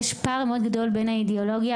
יש פער מאוד גדול בין האידיאולוגיה